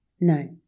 No